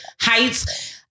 heights